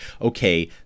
okay